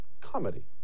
comedy